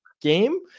game